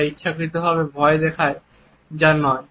যা ইচ্ছাকৃতভাবে ভয় দেখায় যা নয়